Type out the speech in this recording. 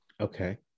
Okay